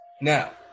Now